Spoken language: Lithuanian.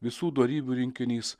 visų dorybių rinkinys